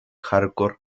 hardcore